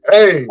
Hey